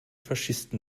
faschisten